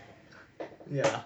ya